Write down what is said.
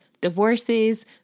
divorces